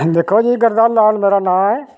हंजी दिक्खो जी गरदारी लाल मेरा नां ऐ